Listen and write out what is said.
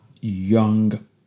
young